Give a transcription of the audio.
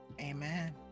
Amen